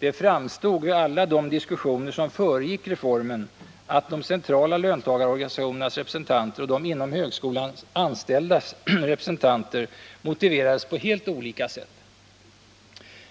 Det framstod vid alla de diskussioner som föregick reformen, att de centrala löntagarorganisationernas representanter och de inom högskolan anställdas representanter motiverades på helt olika sätt.